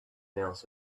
emails